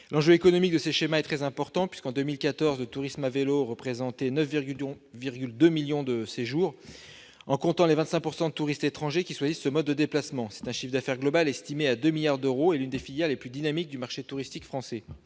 L'enjeu économique de ces schémas est très important puisqu'en 2014 le tourisme à vélo représentait 9,2 millions de séjours, en comptant les 25 % de touristes étrangers qui choisissent ce mode de déplacement. C'est un chiffre d'affaires global estimé à 2 milliards d'euros, et l'une des filières les plus dynamiques du marché touristique français.